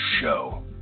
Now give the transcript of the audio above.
show